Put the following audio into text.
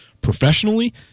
professionally